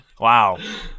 Wow